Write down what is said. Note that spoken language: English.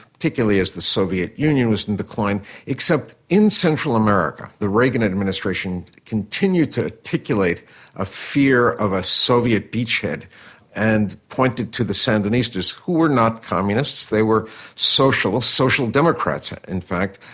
particularly as the soviet union was in decline. except, in central america, the reagan administration continued to articulate a fear of a soviet beach-head and pointed to the sandinistas who were not communists, they were socialists, social democrats in fact,